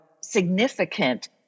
significant